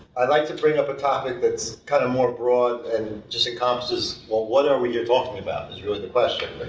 i'd like to bring up a topic that's kinda more broad and just encompasses. well what are we here talking about is really the question.